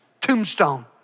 tombstone